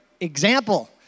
example